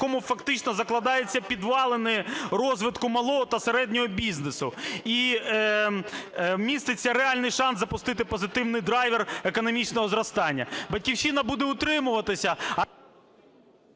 в якому, фактично, закладаються підвалини розвитку малого та середнього бізнесу, і міститься реальний шанс запустити позитивний драйвер економічного зростання. "Батьківщина" буде утримуватися,